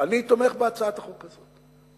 אני תומך בהצעת החוק הזאת.